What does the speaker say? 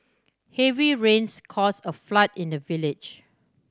heavy rains cause a flood in the village